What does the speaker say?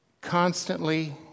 constantly